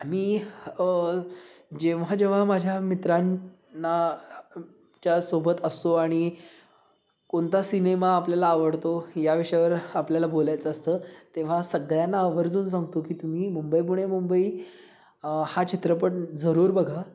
मी जेव्हा जेव्हा माझ्या मित्रांना च्यासोबत असतो आणि कोणता सिनेमा आपल्याला आवडतो या विषयावर आपल्याला बोलायचं असतं तेव्हा सगळ्यांना आवर्जून सांगतो की तुम्ही मुंबई पुणे मुंबई हा चित्रपट जरूर बघा